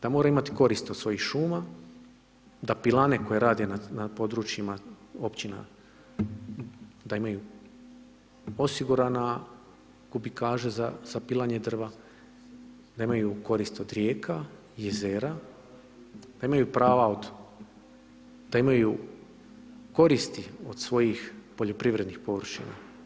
Da mora imat korist od svojih šuma, da pilane koje rade na područjima općina, da imaju osigurana kubikaža za pilanje drva, da imaju korist od rijeka, jezera, da imaju prava, da imaju koristi od svojih poljoprivrednih površina.